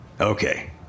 Okay